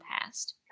past